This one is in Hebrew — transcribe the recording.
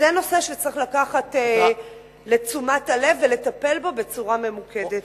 זה נושא שצריך לקחת לתשומת הלב ולטפל בו בצורה ממוקדת.